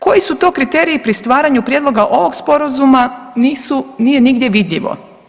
Koji su to kriteriji pri stvaranju prijedloga ovog Sporazuma, nije nigdje vidljivo.